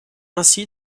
ainsi